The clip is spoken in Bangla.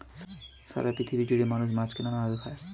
সারা পৃথিবী জুড়ে মানুষ মাছকে নানা ভাবে খায়